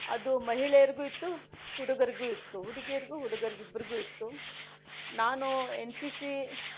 ಅದು ಮಹಿಳೆಯರಿಗೂ ಇತ್ತು ಹುಡುಗರಿಗೂ ಇತ್ತು ಹುಡುಗಿಯರಿಗೂ ಹುಡುಗರಿಗೂ ಇಬ್ಬರಿಗೂ ಇತ್ತು ನಾನು ಎನ್ ಸಿ ಸಿ